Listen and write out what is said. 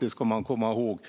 det ska man komma ihåg.